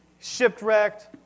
Shipwrecked